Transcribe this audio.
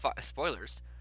Spoilers